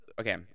okay